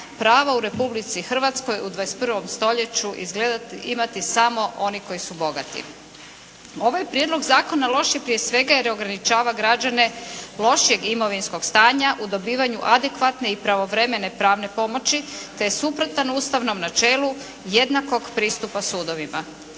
prava u Republici Hrvatskoj u 21. stoljeću imati samo oni koji su bogati. Ovaj prijedlog zakona loš je prije svega jer ograničava građane lošijeg imovinskog stanja u dobivanju adekvatne i pravovremene pravne pomoći te je suprotan ustavnom načelu jednakog pristupa sudovima.